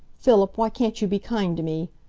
philip, why can't you be kind to me!